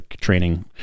training